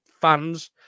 fans